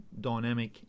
dynamic